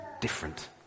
different